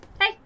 Hey